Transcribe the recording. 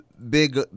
big